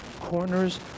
corners